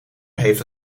heeft